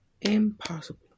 Impossible